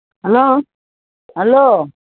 hello hello